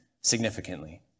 significantly